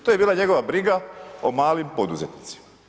To je bila njegova briga o malim poduzetnicima.